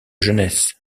jeunesse